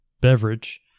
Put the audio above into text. beverage